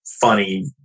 Funny